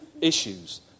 issues